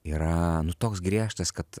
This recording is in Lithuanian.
yra nu toks griežtas kad